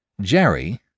Jerry